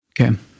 Okay